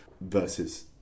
versus